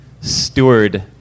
steward